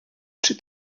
czy